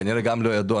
כנראה גם לא ידוע.